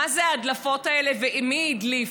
מה זה ההדלפות האלה ומי הדליף.